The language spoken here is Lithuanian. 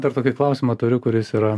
dar tokį klausimą turiu kuris yra